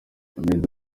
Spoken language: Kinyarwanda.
meddy